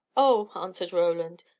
oh, answered roland,